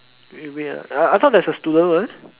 eh wait ah uh I thought there's a student one